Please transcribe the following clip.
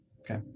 Okay